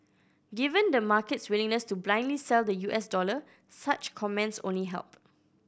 given the market's willingness to blindly sell the U S dollar such comments only help